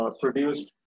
produced